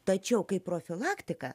tačiau kaip profilaktika